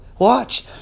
Watch